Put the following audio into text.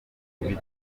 bituma